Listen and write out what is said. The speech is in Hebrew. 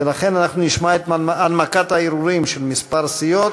ולכן אנחנו נשמע את הנמקת הערעורים של כמה סיעות.